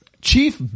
Chief